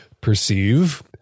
perceive